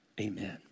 Amen